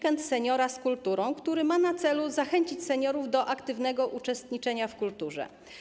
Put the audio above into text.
Weekend seniora z kulturą˝, która ma na celu zachęcenie seniorów do aktywnego uczestniczenia w kulturze.